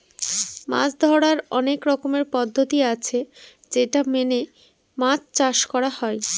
মাছ ধরার অনেক রকমের পদ্ধতি আছে যেটা মেনে মাছ চাষ করা হয়